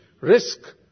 risk